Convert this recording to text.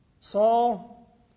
Saul